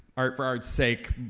art-for-art's-sake,